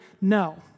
no